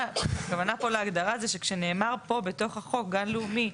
הכוונה פה להגדרה היא שכשנאמר פה בתוך החוק "גן לאומי",